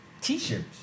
T-shirts